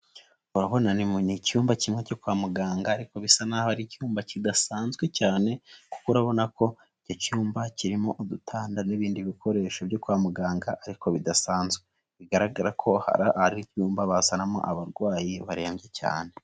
Ni icyumba kimwe cyo kwa muganga, ariko bisa nk'aho ari icyumba kidasanzwe cyane, kuko urabona ko icyo cyumba kirimo udutanda n'ibindi bikoresho byo kwa muganga, ariko bidasanzwe. Bigaragara ko ari ibyumba bizanwamo abarwayi barembye cyane.